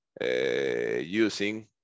using